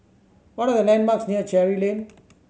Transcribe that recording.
what are the landmarks near Cherry Avenue